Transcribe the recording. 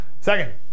second